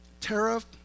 tariff